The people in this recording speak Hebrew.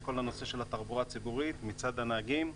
כל נושא התחבורה הציבורית מצד הנהגים.